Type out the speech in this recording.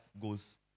goes